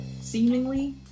seemingly